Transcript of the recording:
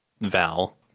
Val